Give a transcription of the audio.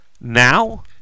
Now